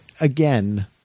again